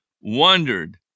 wondered